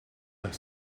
like